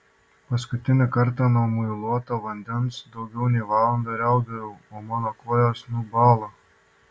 paskutinį kartą nuo muiluoto vandens daugiau nei valandą riaugėjau o mano kojos nubalo